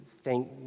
thank